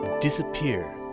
disappear